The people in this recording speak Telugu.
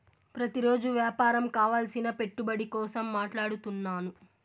ప్రతిరోజు వ్యాపారం కావలసిన పెట్టుబడి కోసం మాట్లాడుతున్నాను